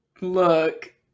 Look